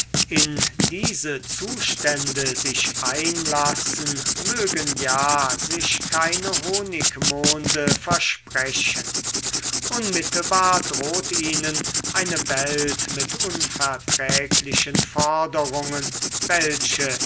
in diese zustände sich einlassen mögen ja sich keine honigmonde versprechen unmittelbar droht ihnen eine welt mit unverträglichen forderungen welche